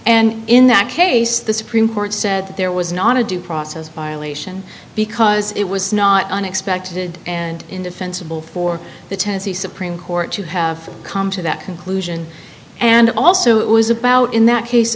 and in that case the supreme court said that there was not a due process violation because it was not unexpected and indefensible for the tennessee supreme court to have come to that conclusion and also it was about in that case